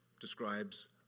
describes